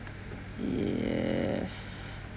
yes